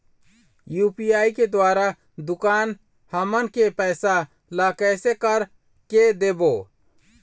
UPI के द्वारा दुकान हमन के पैसा ला कैसे कर के देबो?